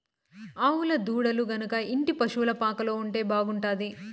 ఆవుల దూడలు గనక ఇంటి పశుల పాకలో ఉంటే బాగుంటాది